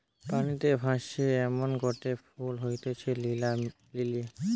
পানিতে ভাসে এমনগটে ফুল হতিছে নীলা লিলি